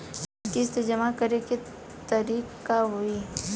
किस्त जमा करे के तारीख का होई?